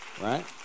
right